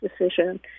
decision